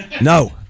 No